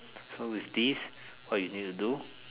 so with this what you need to do